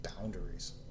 boundaries